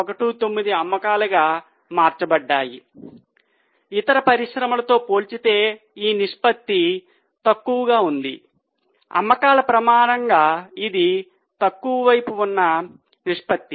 19 అమ్మకాలుగా మార్చబడ్డాయి ఇతర పరిశ్రమలతో పోల్చితే ఈ నిష్పత్తి కొంచెం తక్కువగా ఉంది అమ్మకాల ప్రమాణముగా ఇది తక్కువ వైపు ఉన్న నిష్పత్తి